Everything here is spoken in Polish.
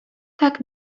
tak